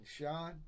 Sean